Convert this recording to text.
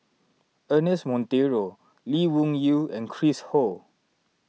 Ernest Monteiro Lee Wung Yew and Chris Ho